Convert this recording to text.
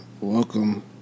Welcome